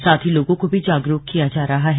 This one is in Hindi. साथ ही लोगों को भी जागरूक किया जा रहा है